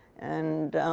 and